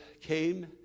came